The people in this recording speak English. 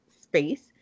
space